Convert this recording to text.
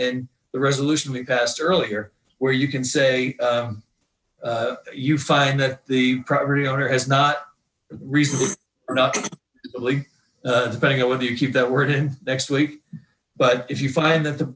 in the resolution we passed earlier where you can say you find that the property owner has not reasonable or not depending on whether you keep that word in next week but if you find that the